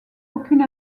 aucune